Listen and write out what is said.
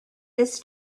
this